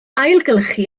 ailgylchu